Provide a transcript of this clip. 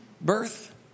birth